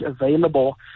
available